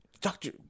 Doctor